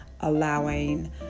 allowing